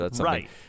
right